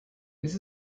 this